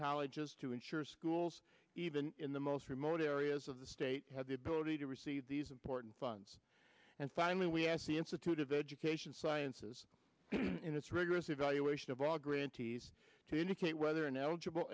colleges to ensure schools even in the most remote areas of the state have the ability to receive these important funds and finally we asked the institute of education sciences in its rigorous evaluation of all grantees to indicate whether an